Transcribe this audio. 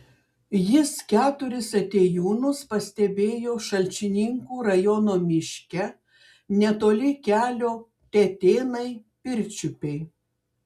jis keturis atėjūnus pastebėjo šalčininkų rajono miške netoli kelio tetėnai pirčiupiai